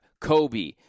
Kobe